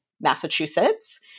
Massachusetts